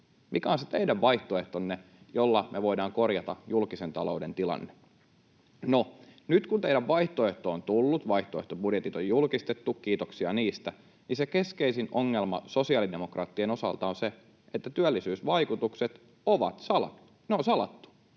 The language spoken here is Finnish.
Mikä on se teidän vaihtoehtonne, jolla me voidaan korjata julkisen talouden tilanne? No, nyt kun teidän vaihtoehtonne on tullut, vaihtoehtobudjetit on julkistettu — kiitoksia niistä — niin se keskeisin ongelma sosiaalidemokraattien osalta on se, että työllisyysvaikutukset on salattu.